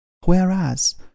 Whereas